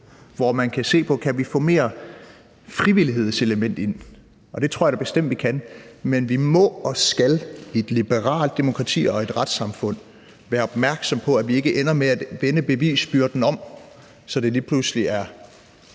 hvor man kan se på, om vi kan få mere frivillighed ind – og det tror jeg da bestemt vi kan. Men vi må og skal i et liberalt demokrati og i et retssamfund være opmærksomme på, at vi ikke ender med at vende bevisbyrden om, så det lige pludselig er